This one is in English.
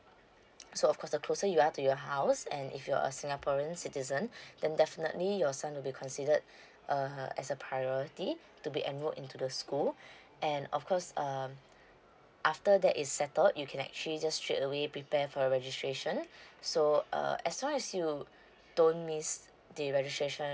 so of course the closer you are to your house and if you're a singaporean citizen then definitely your son will be considered err as a priority to be enrolled into the school and of course um after that is settled you can actually just straight away prepare for registration so uh as long as you don't miss the registration